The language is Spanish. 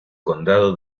condado